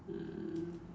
mm